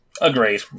Agreed